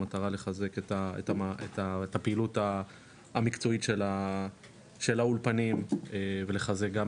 במטרה לחזק את הפעילות המקצועית של האולפנים ולחזק גם